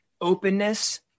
openness